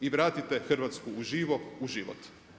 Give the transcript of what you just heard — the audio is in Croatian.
I vratite „Hrvatsku uživo“ u život.